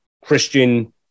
Christian